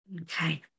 Okay